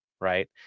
Right